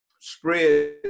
spread